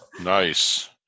Nice